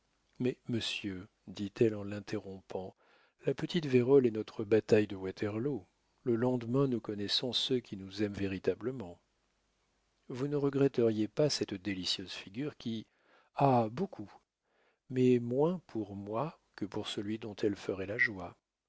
mais monsieur dit-elle en l'interrompant la petite vérole est notre bataille de waterloo le lendemain nous connaissons ceux qui nous aiment véritablement vous ne regretteriez pas cette délicieuse figure qui ha beaucoup mais moins pour moi que pour celui dont elle ferait la joie